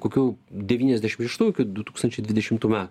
kokių devyniasdešim šeštų iki du tūkstančiai dvidešimtų me